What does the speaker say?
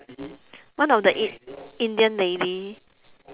one of the eight indian lady